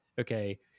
okay